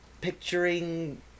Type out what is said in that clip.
picturing